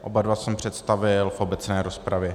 Oba dva jsem představil v obecné rozpravě.